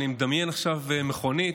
אני מדמיין עכשיו מכונית,